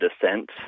descent